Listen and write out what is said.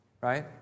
right